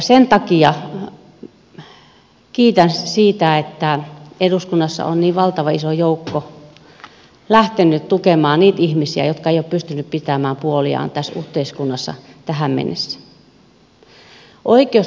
sen takia kiitän siitä että eduskunnassa on niin valtavan iso joukko lähtenyt tukemaan niitä ihmisiä jotka eivät ole pystyneet pitämään puoliaan tässä yhteiskunnassa tähän mennessä